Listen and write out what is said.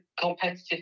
competitive